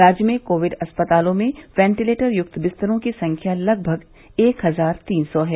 राज्य में कोविड अस्पतालों में वेंटीलेटर युक्त बिस्तरों की संख्या लगभग एक हजार तीन सौ है